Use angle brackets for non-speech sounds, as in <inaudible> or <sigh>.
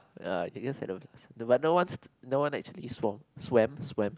ya I guess I don't but no one <noise> no one actually swum swam swam